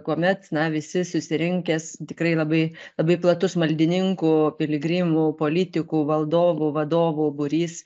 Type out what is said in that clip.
kuomet na visi susirinkęs tikrai labai labai platus maldininkų piligrimų politikų valdovų vadovų būrys